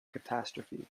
catastrophe